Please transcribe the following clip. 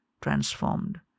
transformed